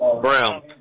Brown